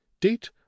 date